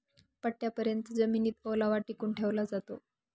पट्टयापर्यत जमिनीत ओलावा टिकवून ठेवला जातो